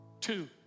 Two